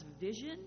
vision